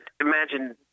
imagine